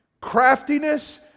craftiness